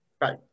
Right